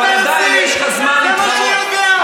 זה מה שהוא יודע.